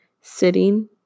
sitting